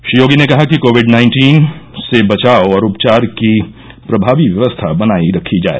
श्री योगी ने कहा कि कोविड नाइन्टीन से बचाव और उपचार की प्रभावी व्यवस्था बनाये रखी जाय